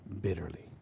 bitterly